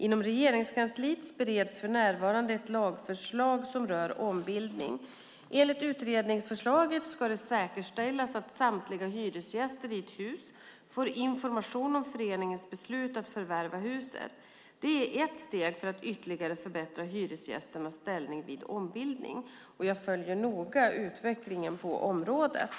Inom Regeringskansliet bereds för närvarande ett lagförslag som rör ombildning. Enligt utredningsförslaget ska det säkerställas att samtliga hyresgäster i ett hus får information om föreningens beslut att förvärva huset. Det är ett steg för att ytterligare förbättra hyresgästernas ställning vid ombildning. Jag följer noga utvecklingen på området.